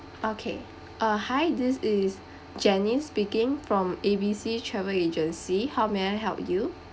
okay uh hi this is jenny speaking from A B C travel agency how may I help you